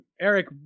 Eric